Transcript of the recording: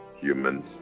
Humans